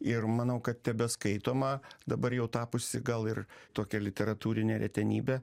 ir manau kad tebeskaitoma dabar jau tapusi gal ir tokia literatūrine retenybe